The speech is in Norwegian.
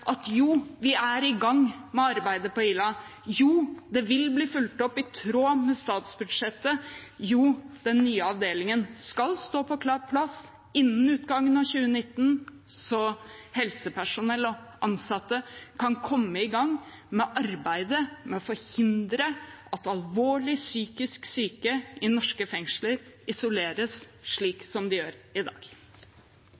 at jo, vi er i gang med arbeidet på Ila, det vil bli fulgt opp i tråd med statsbudsjettet, den nye avdelingen skal være på plass innen utgangen av 2019, så helsepersonell og ansatte kan komme i gang med arbeidet med å forhindre at alvorlig psykisk syke i norske fengsler isoleres, slik